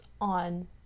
on